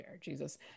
Jesus